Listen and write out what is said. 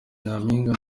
nyampinga